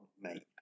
mate